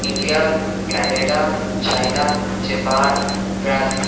India Canada China Japan Brazil